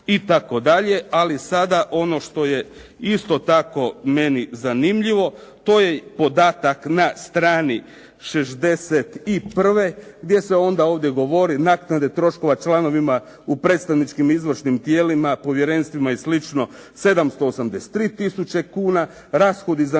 Ali sada ono što je isto tako meni zanimljivo. To je podatak na strani 61. gdje se onda ovdje govori naknade troškova članovima u predstavničkim i izvršnim tijelima, povjerenstvima i slično 783 tisuće kuna, rashodi za neke